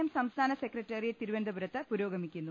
M സംസ്ഥാന secretariat തിരുവനന്തപുരത്ത് പുരോഗമിക്കുന്നു